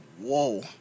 whoa